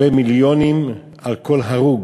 מיליונים עולה כל הרוג.